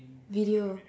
video